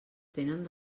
tenen